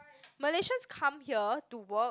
Malaysians come here to work